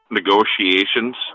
negotiations